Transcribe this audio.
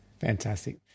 Fantastic